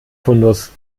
fundus